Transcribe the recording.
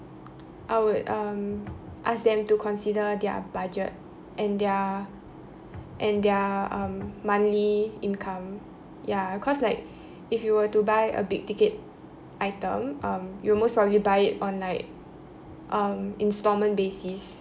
I would um ask them to consider their budget and their and their um monthly income ya cause like if you were to buy a big ticket item um you'll most probably buy it on like um instalment basis